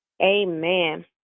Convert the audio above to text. Amen